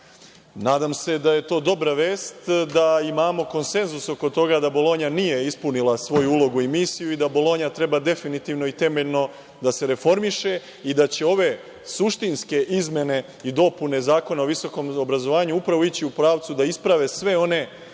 Nadam se da je to dobra vest da imamo konsenzus oko toga da Bolonja nije ispunila svoju ulogu i misiju i da Bolonja treba definitivno i temeljno da se reformiše i da će ove suštinske izmene i dopune Zakona o visokom obrazovanju upravo ići u pravcu da isprave sve one